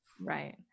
right